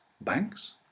Banks